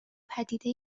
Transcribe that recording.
پدیده